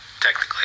Technically